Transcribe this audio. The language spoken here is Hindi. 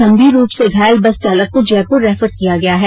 गंभीर रूप से घायल बस चालक को जयपुर रैफर किया गया है